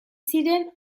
ziren